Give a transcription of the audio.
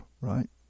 right